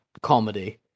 comedy